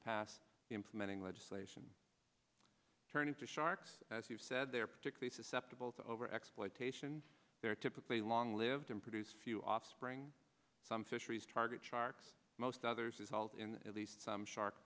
pass implementing legislation turning to sharks as you said they're particularly susceptible to over exploitation they're typically long lived and produce few offspring some fisheries target sharks most others result in at least some shark